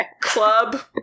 ...club